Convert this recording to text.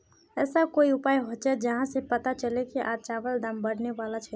ऐसा कोई उपाय होचे जहा से पता चले की आज चावल दाम बढ़ने बला छे?